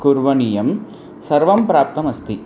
करणीयं सर्वं प्राप्तमस्ति